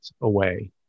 away